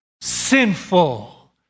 sinful